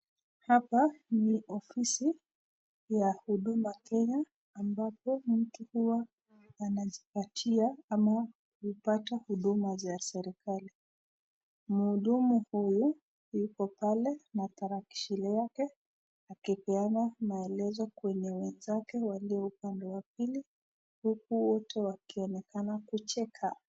Hapa ni ofisiya huduma Kenya ambapo watu wanajipatia ama hupata huduma za serikali. Mhudumu yule yukopale na tarakilishi yake akipeana maelezo kwa wenzake walio upande wa pili huku wote wakionekana kucheka.